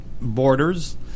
borders